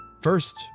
First